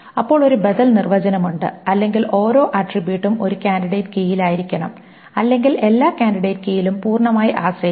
അപ്പോൾ ഒരു ബദൽ നിർവചനം ഉണ്ട് അല്ലെങ്കിൽ ഓരോ ആട്രിബ്യൂട്ടും ഒരു കാൻഡിഡേറ്റ് കീയിലായിരിക്കണം അല്ലെങ്കിൽ എല്ലാ കാൻഡിഡേറ്റ് കീയിലും പൂർണമായി ആശ്രയിക്കണം